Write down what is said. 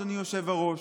אדוני היושב-ראש,